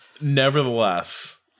Nevertheless